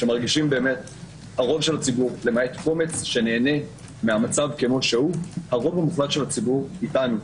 למעט קומץ שנהנה מהמצב כמו שהוא הרוב המוחלט של הציבור איתנו,